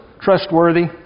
trustworthy